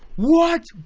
what!